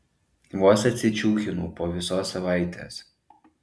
vos atsičiūchinau po visos savaitės